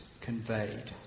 conveyed